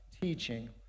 teaching